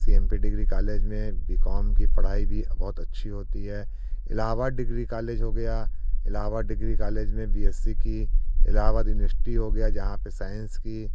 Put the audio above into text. सी M P degree college में B com की पढ़ाई भी बहुत अच्छी होती है इलाहाबाद डिग्री कालेज हो गया इलाहाबाद डिग्री कालेज में बी एस सी की इलाहाबाद यूनिवश्टी हो गया जहाँ पर साइंस की